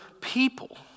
people